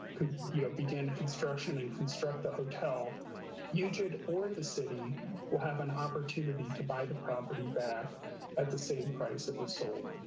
you know, began construction and construct a hotel huge id or the city will have an opportunity to buy the property back at the same price. it was sold